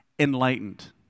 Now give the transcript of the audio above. enlightened